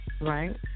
Right